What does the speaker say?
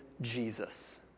Jesus